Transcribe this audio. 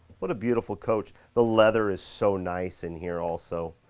what a beautiful coach. the leather is so nice in here also.